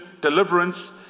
deliverance